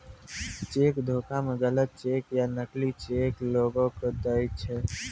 cheque धोखा मे गलत चेक या नकली चेक लोगो के दय दै छै